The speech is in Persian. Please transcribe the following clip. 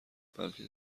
بلکه